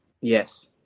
Yes